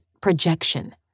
projection